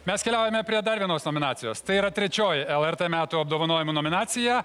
mes keliaujame prie dar vienos nominacijos tai yra trečioji lrt metų apdovanojimų nominacija